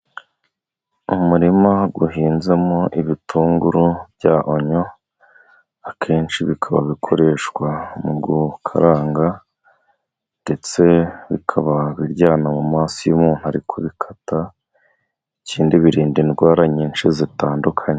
Umurima uhinzemo ibitunguru bya onyo . Akenshi bikaba bikoreshwa mu gukaranga ndetse bikaba biryana mu maso iyo umuntu ari kubikata ikindi birinda indwara nyinshi zitandukanye.